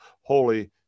Holy